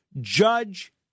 judge